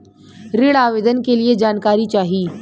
ऋण आवेदन के लिए जानकारी चाही?